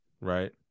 right